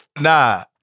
nah